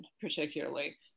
particularly